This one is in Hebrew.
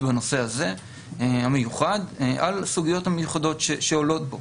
לנושא הזה המיוחד על הסוגיות המיוחדות שעולות בו.